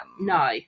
no